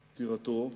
פטירתו,